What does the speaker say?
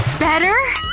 better?